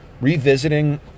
Revisiting